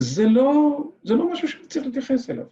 ‫זה לא משהו שאני צריך להתייחס אליו.